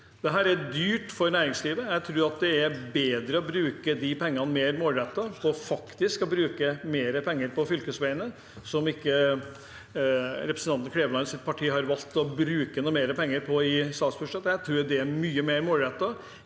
Det er dyrt for næringslivet. Jeg tror det er bedre å bruke de pengene mer målrettet og faktisk bruke mer penger på fylkesveiene, som representanten Klevelands parti ikke har valgt å bruke noe mer penger på i statsbudsjettet. Jeg tror det er mye mer målrettet